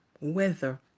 weather